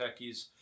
techies